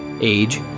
age